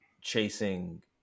chasing